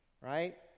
right